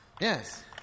Yes